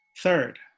third